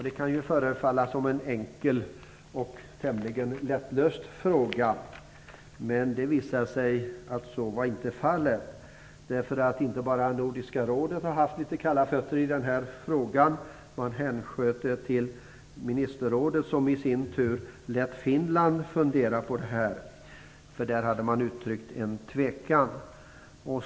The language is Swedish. Det kan förefalla som en enkel och tämligen lättlöst fråga, men det visar sig att så inte var fallet. Inte bara Nordiska rådet har haft kalla fötter i denna fråga. Man hänsköt den till ministerrådet, som i sin tur lät Finland fundera på frågan därför att man där hade uttryckt tvekan.